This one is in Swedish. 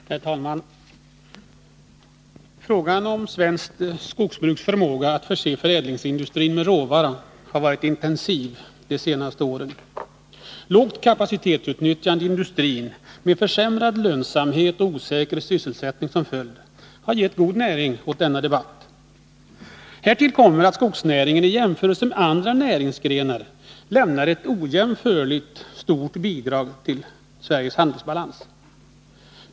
Herr talman! Debatten om svenskt skogsbruks förmåga att förse förädlingsindustrin med råvara har varit intensiv de senaste åren. Lågt kapacitetsutnyttjande i industrin med försämrad lönsamhet och osäker sysselsättning som följd har gett god näring åt denna debatt. Härtill kommer att skogsnäringen i förhållande till andra näringsgrenar lämnar ett ojämförligt stort bidrag till Sveriges handelsbalans.